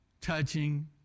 touching